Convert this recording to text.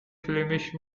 flemish